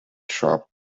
sharp